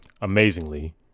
Amazingly